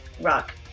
rock